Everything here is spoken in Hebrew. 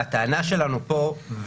הטענה שלנו פה,